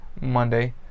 Monday